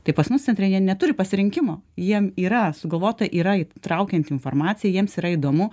tai pas mus centre jie neturi pasirinkimo jiem yra sugalvota yra įtraukianti informaciją jiems yra įdomu